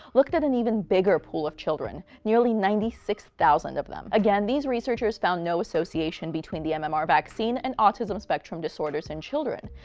looked at an even bigger pool of children, nearly ninety six thousand of them. again, these researchers found no association between the um mmr vaccine and autism spectrum disorders in children.